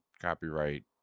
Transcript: copyright